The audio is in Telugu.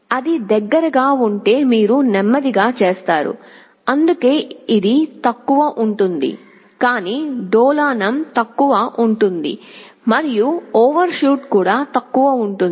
అది దగ్గరగా ఉంటే మీరు నెమ్మదిగా చేస్తారు అందుకే ఇది తక్కువగా ఉంటుంది కానీ డోలనం తక్కువగా ఉంటుంది మరియు ఓవర్షూట్ కూడా తక్కువగా ఉంటుంది